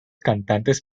cantantes